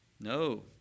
no